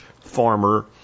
Farmer